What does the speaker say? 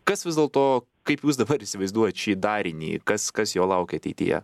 kas vis dėlto kaip jūs dabar įsivaizduojat šį darinį kas kas jo laukia ateityje